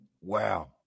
Wow